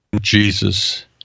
Jesus